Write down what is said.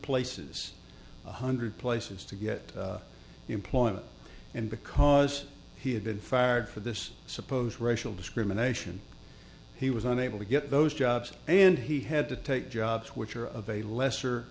places one hundred places to get employment and because he had been fired for this supposed racial discrimination he was unable to get those jobs and he had to take jobs which are of a lesser